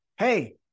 Hey